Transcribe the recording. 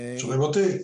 שומעים אותי?